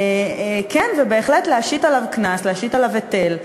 כן, ובהחלט להשית עליו קנס, להשית עליו היטל.